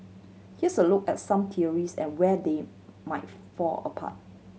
here's a look at some theories and where they might fall apart